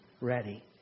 ready